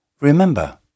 Remember